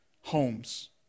homes